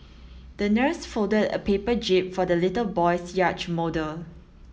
the nurse folded a paper jib for the little boy's yacht model